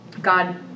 God